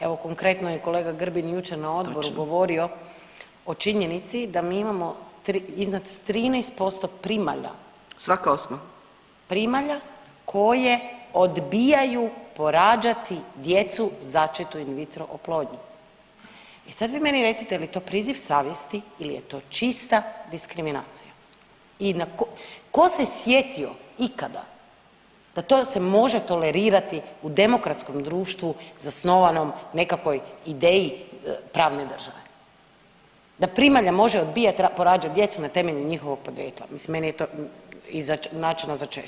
Evo konkretno je kolega Grbin jučer na odboru [[Upadica Mrak-Taritaš: Točno]] govorio o činjenici da mi imamo iznad 13% primalja [[Upadica Mrak-Taritaš: Svaka osma]] primalja koje odbijaju porađati djecu začetu in vitro oplodnjom i sad vi meni recite je li to priziv savjesti ili je to čista diskriminacija i ko se sjetio ikada da to se može tolerirati u demokratskom društvu zasnovanom nekakvoj ideji pravne države da primalja može odbijat porađat djecu na temelju njihovog podrijetla, mislim meni je to, i načina začeća, nevjerojatno.